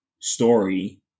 story